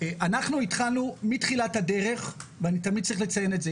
אנחנו התחלנו מתחילת הדרך ואני תמיד צריך להזכיר את זה,